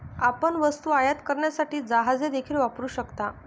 आपण वस्तू आयात करण्यासाठी जहाजे देखील वापरू शकता